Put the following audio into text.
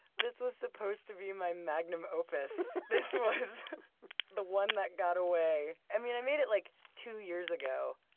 this was supposed to be my magnum opus. this was the one that got away. i mean i made it like two years ago,